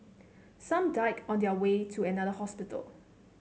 some died on their way to another hospital